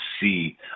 see